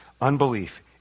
unbelief